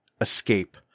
escape